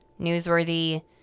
Newsworthy